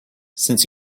since